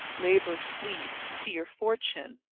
labor, sleep, fear, fortune,